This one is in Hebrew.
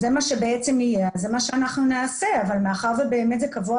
זה מה שאנחנו נעשה אבל מאחר ובאמת הקבוע